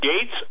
gates